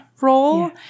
role